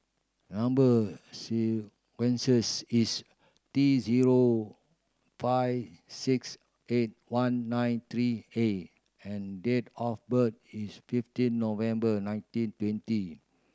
number sequence is T zero five six eight one nine three A and date of birth is fifteen November nineteen twenty